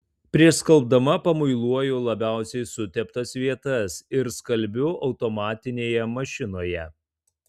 prieš skalbdama pamuiluoju labiausiai suteptas vietas ir skalbiu automatinėje mašinoje